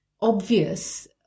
obvious